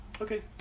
okay